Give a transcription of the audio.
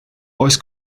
oes